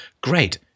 Great